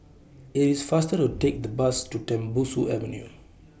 IT IS faster to Take The Bus to Tembusu Avenue